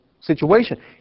situation